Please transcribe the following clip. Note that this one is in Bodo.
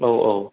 औ औ